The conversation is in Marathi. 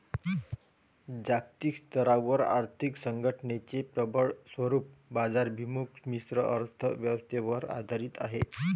जागतिक स्तरावर आर्थिक संघटनेचे प्रबळ स्वरूप बाजाराभिमुख मिश्र अर्थ व्यवस्थेवर आधारित आहे